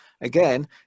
again